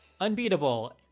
Unbeatable